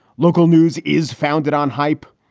local news is founded on hype.